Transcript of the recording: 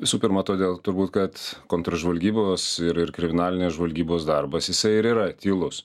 visų pirma todėl turbūt kad kontržvalgybos ir ir kriminalinės žvalgybos darbas jisai ir yra tylus